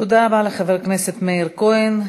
תודה רבה לחבר הכנסת מאיר כהן.